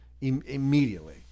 immediately